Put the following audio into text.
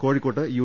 കോഴിക്കോട്ട് യു